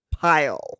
pile